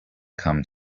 come